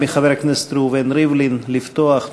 מחבר הכנסת ראובן ריבלין לפתוח.